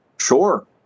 Sure